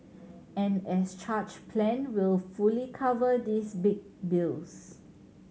an as charged plan will fully cover these big bills